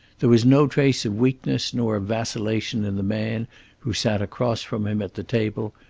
there was no trace of weakness nor of vacillation in the man who sat across from him at the table,